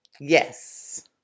yes